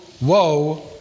woe